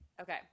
Okay